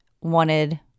wanted